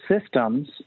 systems